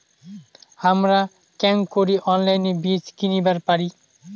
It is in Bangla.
হামরা কেঙকরি অনলাইনে বীজ কিনিবার পারি?